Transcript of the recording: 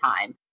time